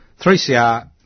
3CR